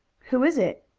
who is it?